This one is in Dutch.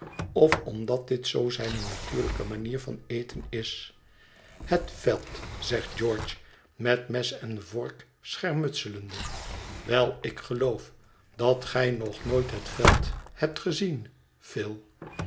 of omdat dit zoo zijne natuurlijke manier van eten is het veld zegt george met mes en vork schermutselende wel ik geloof dat gij nog nooit het veld hebt gezien phil